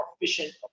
efficient